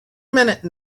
minute